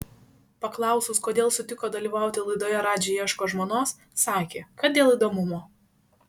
paklausus kodėl sutiko dalyvauti laidoje radži ieško žmonos sakė kad dėl įdomumo